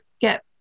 get